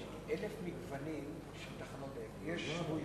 כי יש אלף מגוונים של תחנות דלק, אדוני